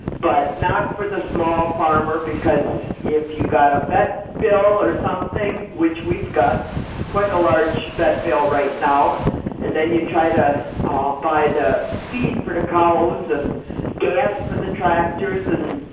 but not for the small farmer because if you've got a vet bill or something which we've got quite a large vet bill right now and then you try to ah buy the feed for the cows and gas for the tractors and